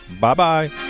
Bye-bye